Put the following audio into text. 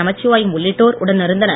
நமச்சிவாயம் உள்ளிட்டோர் உடனிருந்தனர்